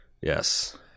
Yes